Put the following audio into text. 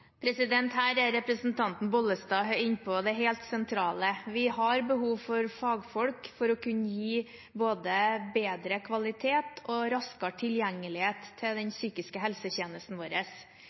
Her er representanten Bollestad inne på det helt sentrale. Vi har behov for fagfolk for å kunne gi både bedre kvalitet og raskere tilgjengelighet til den psykiske helsetjenesten vår.